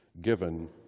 given